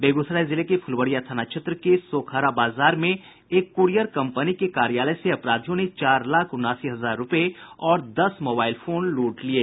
बेगूसराय जिले के फुलवरिया थाना क्षेत्र के सोकहरा बाजार में एक क्रियर कंपनी के कार्यालय से अपराधियों ने चार लाख उनासी हजार रुपये और दस मोबाइल फोन लूट लिये